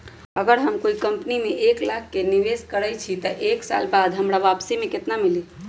अगर हम कोई कंपनी में एक लाख के निवेस करईछी त एक साल बाद हमरा वापसी में केतना मिली?